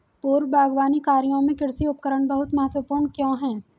पूर्व बागवानी कार्यों में कृषि उपकरण बहुत महत्वपूर्ण क्यों है?